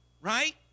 right